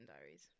diaries